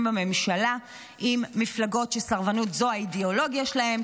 בממשלה עם מפלגות שסרבנות היא האידיאולוגיה שלהן,